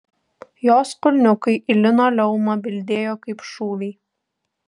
jos kulniukai į linoleumą bildėjo kaip šūviai